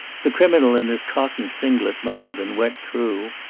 the criminal in his cotton singlet must have been wet through.